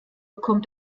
kommt